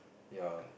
ya